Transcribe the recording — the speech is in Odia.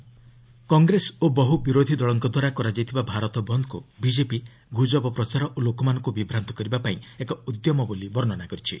ବିଜେପି ଭାରତ ବନ୍ଦ କଂଗ୍ରେସ ଓ ବହୁ ବିରୋଧୀ ଦଳଙ୍କ ଦ୍ୱାରା କରାଯାଇଥିବା ଭାରତ ବନ୍ଦକୁ ବିଜେପି ଗୁଜବ ପ୍ରଚାର ଓ ଲୋକମାନଙ୍କୁ ବିଭ୍ରାନ୍ତ କରିବା ପାଇଁ ଏକ ଉଦ୍ୟମ ବୋଲି ବର୍ଷ୍ଣନା କରିଛି